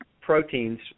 proteins